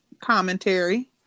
Commentary